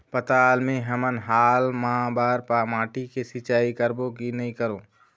पताल मे हमन हाल मा बर माटी से सिचाई करबो की नई करों?